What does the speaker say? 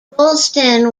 rolleston